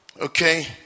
Okay